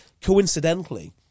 coincidentally